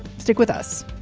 stick with us